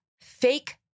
fake